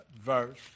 verse